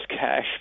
cash